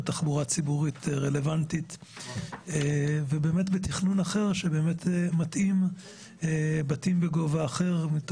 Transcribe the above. תחבורה ציבורית רלבנטית ובתכנון של בתים בגובה אחר.